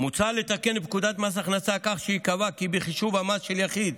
מוצע לתקן את פקודת מס הכנסה כך שייקבע כי בחישוב המס של יחיד